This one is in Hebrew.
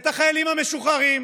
את החיילים המשוחררים,